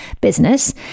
business